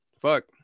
Fuck